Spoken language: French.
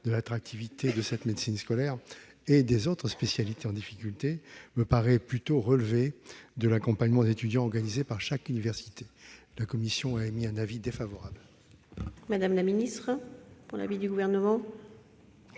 de l'attractivité de la médecine scolaire et des autres spécialités en difficulté me paraît plutôt relever de l'accompagnement des étudiants organisé par chaque université. La commission a donc émis un avis défavorable. Quel est l'avis du Gouvernement